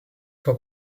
for